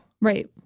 right